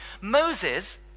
Moses